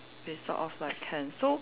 off I can